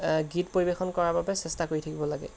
গীত পৰিৱেশন কৰাৰ বাবে চেষ্টা কৰি থাকিব লাগে